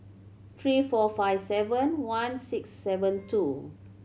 three four five seven one six seven two